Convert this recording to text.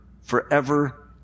forever